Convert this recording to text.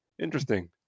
interesting